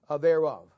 thereof